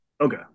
okay